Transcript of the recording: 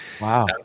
Wow